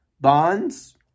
bonds